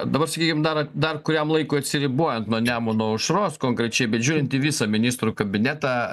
dabar sakykim dar dar kuriam laikui atsiribojant nuo nemuno aušros konkrečiai bet žiūrint į visą ministrų kabinetą